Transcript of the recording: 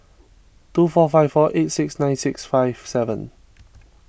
two four five four eight six nine six five seven